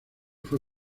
fue